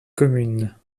commune